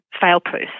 fail-proof